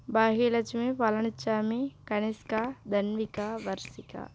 Bhagyalakshmi Palanisamy Kanishka Thanvika Varshika